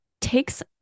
takes